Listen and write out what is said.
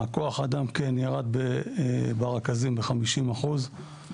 כוח האדם, כן, ירד ברכזים בחמישים אחוז.